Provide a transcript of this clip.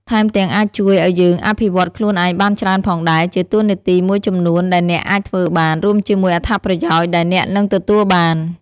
ថែមទាំងអាចជួយឱ្យយើងអភិវឌ្ឍខ្លួនឯងបានច្រើនផងដែរ ជាតួនាទីមួយចំនួនដែលអ្នកអាចធ្វើបាន រួមជាមួយអត្ថប្រយោជន៍ដែលអ្នកនឹងទទួលបាន។